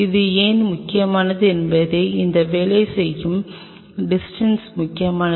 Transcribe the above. இது ஏன் முக்கியமானது என்பதை இந்த வேலை செய்யும் டிஸ்டன்ஸ் முக்கியமானது